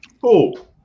Cool